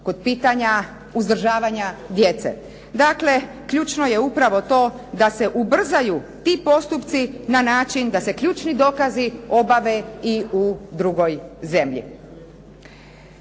kod pitanja uzdržavanja djece. Dakle, ključno je upravo to da se ubrzaju ti postupci na način da se ključni dokazi obave i u drugoj zemlji.